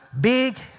big